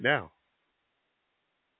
now